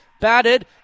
batted